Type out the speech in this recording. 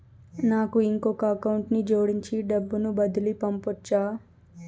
నాకు ఇంకొక అకౌంట్ ని జోడించి డబ్బును బదిలీ పంపొచ్చా?